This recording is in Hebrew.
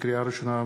לקריאה ראשונה,